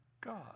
God